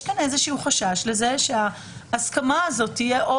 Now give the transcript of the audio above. יש כאן איזשהו חשש לזה שההסכמה הזאת תהיה או